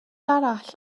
arall